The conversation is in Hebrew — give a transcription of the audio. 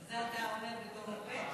את זה אתה אומר בתור רופא?